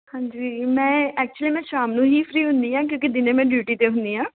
ਹਾਂਜੀ ਮੈਂ ਐਕਚੁਲੀ ਮੈਂ ਸ਼ਾਮ ਨੂੰ ਹੀ ਫਰੀ ਹੁੰਦੀ ਹਾਂ ਕਿਉਂਕਿ ਦਿਨੇ ਮੈਂ ਡਿਊਟੀ 'ਤੇ ਹੁੰਦੀ ਹਾਂ